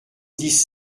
dix